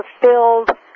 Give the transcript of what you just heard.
fulfilled